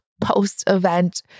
post-event